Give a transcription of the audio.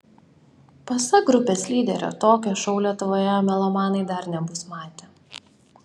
pasak grupės lyderio tokio šou lietuvoje melomanai dar nebus matę